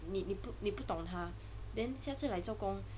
你不懂他 then 下次来做工